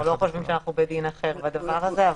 אנחנו לא חושבים שאנחנו בדין אחר בדבר הזה,